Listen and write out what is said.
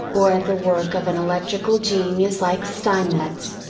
or of the work of an electrical genius like steinmetz,